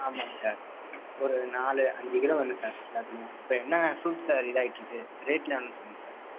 ஆமாம்ங்க சார் இப்போ ஒரு நாலு அஞ்சு கிலோ வேணும் சார் எல்லாத்துலயும் இப்போ என்ன ஃப்ரூட்ஸ் சார் இதாயிட்டுருக்கு ரேட்லாம் எவ்வளோன்னு சொல்லுங்கள் சார்